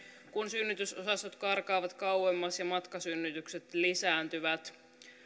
kun synnytysosastot karkaavat kauemmaksi ja matkasynnytykset lisääntyvät